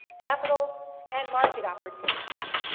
capital and market opportunities.